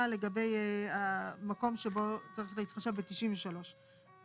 לגבי המקום שבו צריך להתחשב ב-93 שעות.